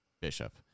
Bishop